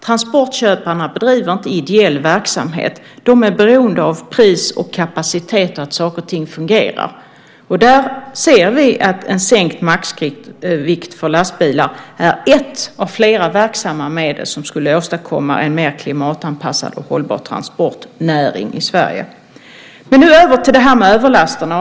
Transportköparna bedriver inte ideell verksamhet. De är beroende av pris och kapacitet och att saker och ting fungerar. Där ser vi att en sänkt maxvikt för lastbilar är ett av flera verksamma medel som skulle åstadkomma en mer klimatanpassad och hållbar transportnäring i Sverige. Låt mig nu gå över det till det här med överlasterna.